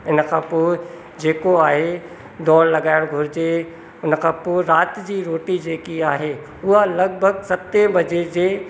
उनखां पोइ जेको आहे दौड़ लॻाइणु घुरिजे उनखां पोइ राति जी रोटी जेकि आहे उहा लॻभॻि सतें बजे जे